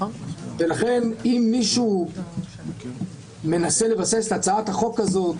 ולכן אם מישהו מנסה לבסס את הצעת החוק הזאת